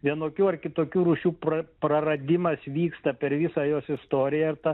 vienokių ar kitokių rūšių pra praradimas vyksta per visą jos istoriją ir ta